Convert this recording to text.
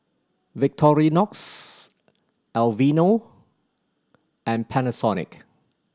Victorinox Aveeno and Panasonic